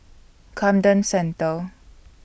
Camden Centre